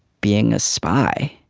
being a spy